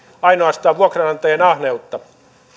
ainoastaan vuokranantajien ahneutta